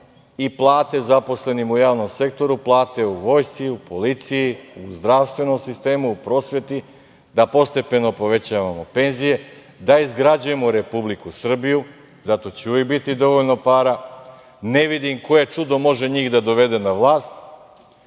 i plate zaposlenima u javnom sektoru, plate u vojsci, u policiji, u zdravstvenom sistemu, u prosveti, da postepeno povećavamo penzije, da izgrađujemo Republiku Srbiju. Za to će uvek biti dovoljno para. Ne vidim koje čudo može njih da dovede na vlast.